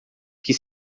que